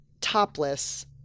topless